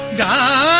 da